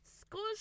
School